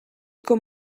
com